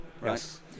right